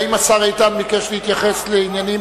האם השר איתן ביקש להתייחס לעניינים?